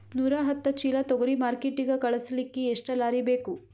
ನೂರಾಹತ್ತ ಚೀಲಾ ತೊಗರಿ ಮಾರ್ಕಿಟಿಗ ಕಳಸಲಿಕ್ಕಿ ಎಷ್ಟ ಲಾರಿ ಬೇಕು?